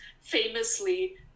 famously